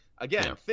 Again